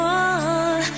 one